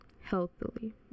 healthily